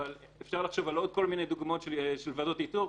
אבל אפשר לחשוב על עוד כל מיני דוגמאות של ועדות איתור,